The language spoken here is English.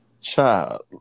Child